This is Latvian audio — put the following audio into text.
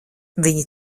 viņi